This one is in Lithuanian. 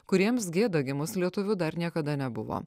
kuriems gėda gimus lietuviu dar niekada nebuvo